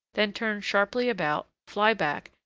then turn sharply about, fly back,